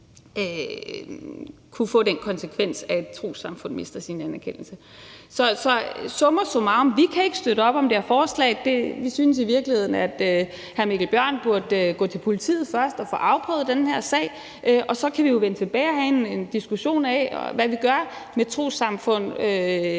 kunne få den konsekvens, at trossamfundet mister sin anerkendelse. Summa summarum kan vi ikke støtte op om det her forslag. Vi synes i virkeligheden, at hr. Mikkel Bjørn burde gå til politiet først og få afprøvet den her sag, og så kan vi jo vende tilbage og have en diskussion af, hvad vi gør med et trossamfund,